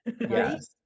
Yes